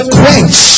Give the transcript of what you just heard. quench